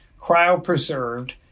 cryopreserved